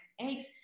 eggs